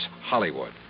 Hollywood